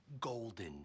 golden